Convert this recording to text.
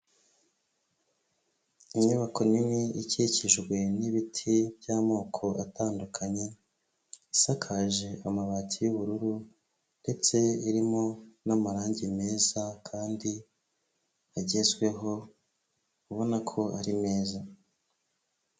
Inyubako nini ikikijwe n'ibiti by'amoko atandukanye, isakaje amabati y'ubururu ndetse irimo n'amarangi meza kandi agezweho ubona ko ari meza.